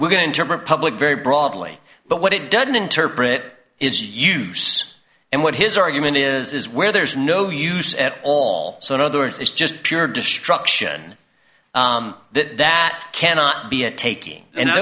we're going to interpret public very broadly but what it doesn't interpret is use and what his argument is is where there is no use at all so in other words it's just pure destruction that that cannot be a taking and